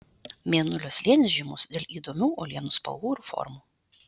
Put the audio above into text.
mėnulio slėnis žymus dėl įdomių uolienų spalvų ir formų